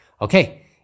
Okay